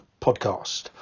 podcast